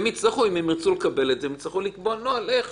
אם הם ירצו לקבל את זה, הם יצטרכו לקבוע נוהל איך.